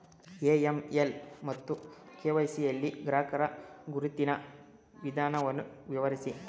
AML ಮತ್ತು KYC ಯಲ್ಲಿ ಗ್ರಾಹಕರ ಗುರುತಿನ ವಿಧಾನವನ್ನು ವಿವರಿಸಿ?